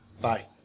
Bye